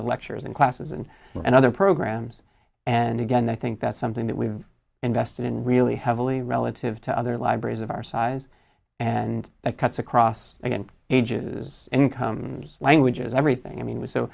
of lectures and classes and and other programs and again i think that's something that we've invested in really heavily relative to other libraries of our size and that cuts across again ages incomes languages everything i mean